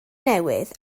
newydd